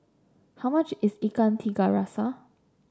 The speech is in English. how much is Ikan Tiga Rasa